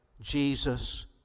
Jesus